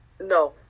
No